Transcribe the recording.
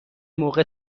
موقع